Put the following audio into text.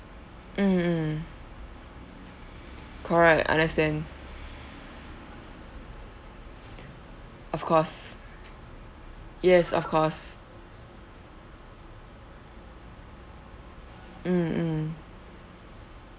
mm mm correct understand of course yes of course mm mm